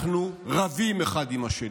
אנחנו רבים אחד עם השני,